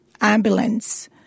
ambulance